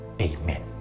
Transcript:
Amen